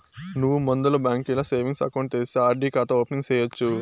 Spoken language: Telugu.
నువ్వు ముందల బాంకీల సేవింగ్స్ ఎకౌంటు తెరిస్తే ఆర్.డి కాతా ఓపెనింగ్ సేయచ్చు